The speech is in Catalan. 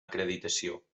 acreditació